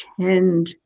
tend